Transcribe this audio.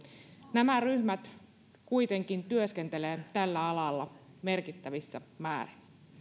nämä ryhmät kuitenkin työskentelevät tällä alalla merkittävissä määrin